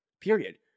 Period